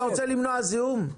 אתה רוצה למנוע זיהום?